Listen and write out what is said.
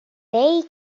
they